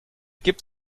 gibt